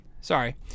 sorry